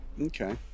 Okay